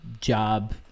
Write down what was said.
job